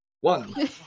One